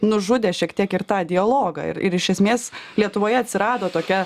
nužudė šiek tiek ir tą dialogą ir ir iš esmės lietuvoje atsirado tokia